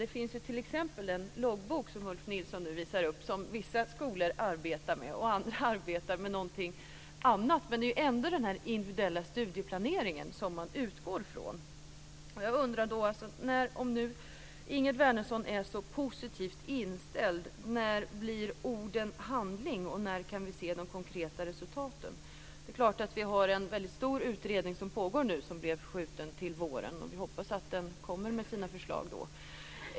Det finns t.ex. en loggbok, som Ulf Nilsson nu visar upp, som vissa skolor arbetar med. Andra arbetar med någonting annat. Men det är ändå den individuella studieplaneringen som man utgår från. Om nu Ingegerd Wärnersson är så positivt inställd - när blir orden handling, och när kan vi se de konkreta resultaten? Det pågår förstås en stor utredning nu, som blev uppskjuten till våren. Vi hoppas att den kommer med sina förslag då.